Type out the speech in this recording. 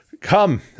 Come